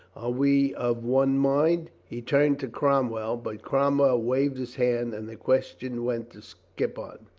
we of one mind? he turned to cromwell. but cromwell waved his hand and the question went to skippon.